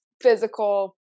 physical